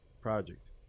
project